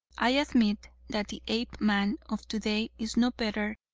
i admit that the apeman of today is no better,